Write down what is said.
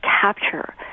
capture